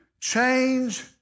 Change